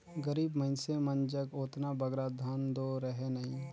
गरीब मइनसे मन जग ओतना बगरा धन दो रहें नई